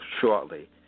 shortly